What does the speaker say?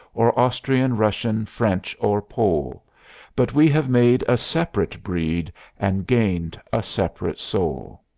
or austrian, russian, french or pole but we have made a separate breed and gained a separate soul.